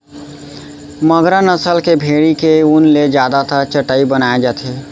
मगरा नसल के भेड़ी के ऊन ले जादातर चटाई बनाए जाथे